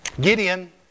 Gideon